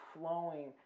flowing